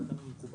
מבחינתנו מקובל.